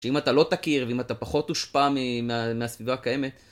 שאם אתה לא תכיר ואם אתה פחות תושפע מהסביבה הקיימת...